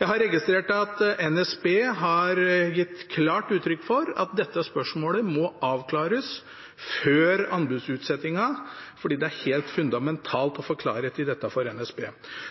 Jeg har registrert at NSB har gitt klart uttrykk for at dette spørsmålet må avklares før anbudsutsettingen fordi det er helt fundamentalt for NSB å få klarhet i dette.